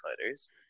fighters